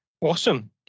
Awesome